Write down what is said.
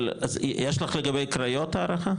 אבל יש לך לגבי קריות הערכה?